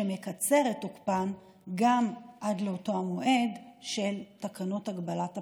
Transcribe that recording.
שמקצר את תוקפן גם עד לאותו המועד של הגבלת הפעילות.